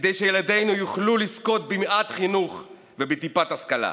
כדי שילדינו יוכלו לזכות במעט חינוך ובטיפת השכלה.